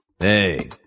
Hey